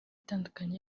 itandukanye